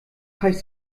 heißt